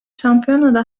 şampiyonada